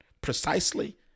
precisely